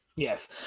Yes